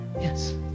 Yes